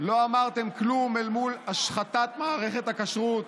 לא אמרתם כלום אל מול השחתת מערכת הכשרות.